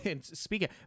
speaking